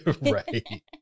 Right